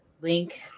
link